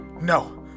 no